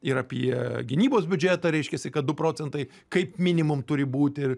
ir apie gynybos biudžetą reiškiasi kad du procentai kaip minimum turi būti ir